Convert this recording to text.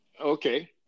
Okay